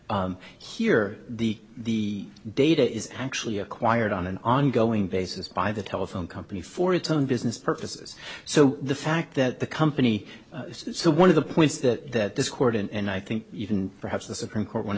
here the data is actually acquired on an ongoing basis by the telephone company for its own business purposes so the fact that the company so one of the points that this court and i think even perhaps the supreme court one of